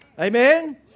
Amen